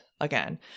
again